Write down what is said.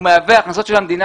מהווה הכנסות של המדינה,